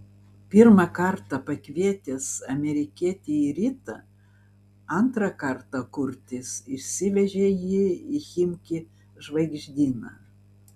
pirmą kartą pakvietęs amerikietį į rytą antrą kartą kurtis išsivežė jį į chimki žvaigždyną